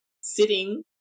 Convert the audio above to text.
sitting